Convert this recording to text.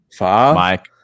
Mike